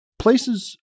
places